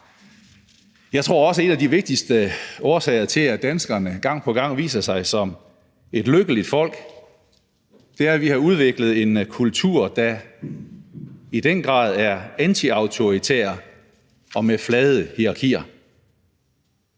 Jeg tror også, at en af de vigtigste årsager til, at danskerne gang på gang viser sig som et lykkeligt folk, er, at vi har udviklet en kultur, der i den grad er antiautoritær og med flade hierarkier.